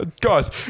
Guys